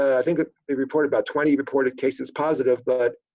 i think reported about twenty reported cases positive but